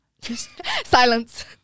Silence